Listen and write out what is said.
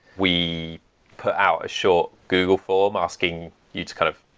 we put our short google form asking you to kind of,